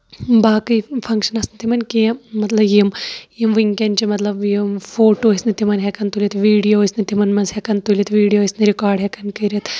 باقٕے فَنگشَن ٲس نہٕ تِمن کیٚنہہ مطلب یِم یِم ؤنکیٚن چھِ مطلب یِم فوٹوٗ ٲسۍ نہٕ تِمن ہیٚکان تُلِتھ ویٖڈیو ٲسۍ نہٕ تِمن منٛز ہیٚکان تُلِتھ ویٖڈیو ٲسۍ نہٕ رِکارڈ ہیٚکان کٔرِتھ